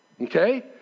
Okay